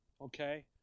okay